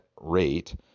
rate